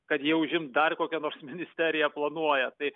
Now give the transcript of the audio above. kad jie užimt dar kokią nors ministeriją planuoja tai